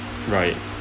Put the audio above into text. right